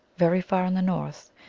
very far in the north,